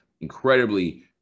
incredibly